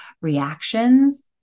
reactions